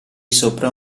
sopra